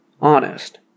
honest